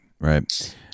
right